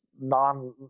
non